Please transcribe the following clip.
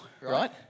right